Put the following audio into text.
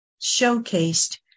showcased